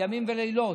ימים ולילות,